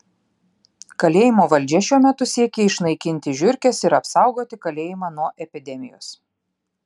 kalėjimo valdžia šiuo metu siekia išnaikinti žiurkes ir apsaugoti kalėjimą nuo epidemijos